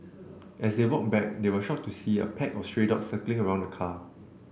as they walked back they were shocked to see a pack of stray dogs circling around the car